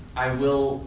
i will